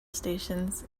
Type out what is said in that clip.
stations